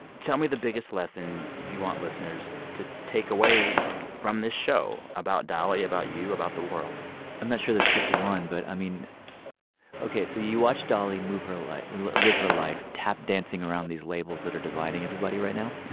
tell me the biggest lesson you want listeners to take away from this show about dolly, about you, about the world i'm not sure there's just one, but, i mean ok, so you watch dolly move her like live her life, tap dancing around these labels that are dividing everybody right now.